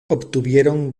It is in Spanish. obtuvieron